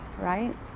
right